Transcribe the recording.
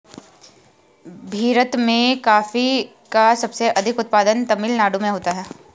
भीरत में कॉफी का सबसे अधिक उत्पादन तमिल नाडु में होता है